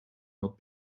not